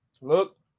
Look